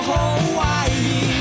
Hawaii